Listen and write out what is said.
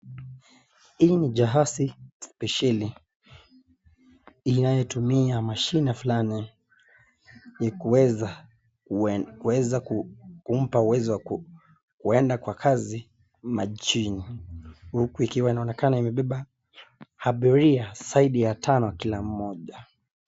Hili ni jahazi spesheli inayotumia mashine fulani ili kuweza kumpa uwezo wa kwenda kwa kazi majini huku ikionekana ikiwa imebeba abiria zaidi ya tano kila mmoja.